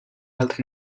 health